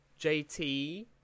JT